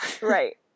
right